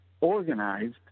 organized